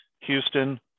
Houston